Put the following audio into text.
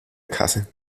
kasse